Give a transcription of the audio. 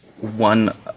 one